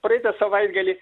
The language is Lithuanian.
praeitą savaitgalį